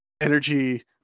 energy